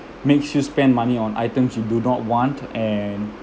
makes you spend money on items you do not want and